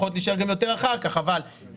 יכולות להישאר גם יותר אחר כך אבל מגיל